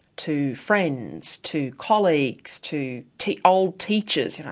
to friends, to colleagues, to to old teachers, you know,